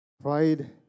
Pride